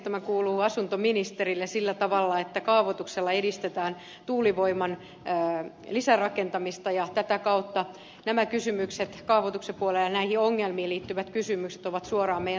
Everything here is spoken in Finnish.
tämä kuuluu asuntoministerille sillä tavalla että kaavoituksella edistetään tuulivoiman lisärakentamista ja tätä kautta nämä kysymykset kaavoituksen puolella näihin ongelmiin liittyvät kysymykset ovat suoraan meidän toimialaamme